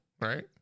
right